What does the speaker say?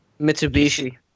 Mitsubishi